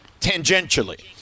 tangentially